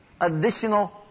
Additional